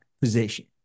position